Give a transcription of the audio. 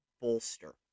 bolster